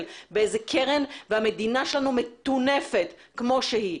באיזו קרן והמדינה שלנו מטונפת כמו שהיא.